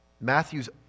Matthew's